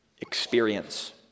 experience